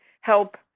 help